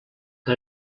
que